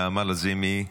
נעמה לזימי,